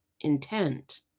intent